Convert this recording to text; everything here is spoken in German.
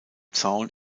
zaun